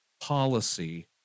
policy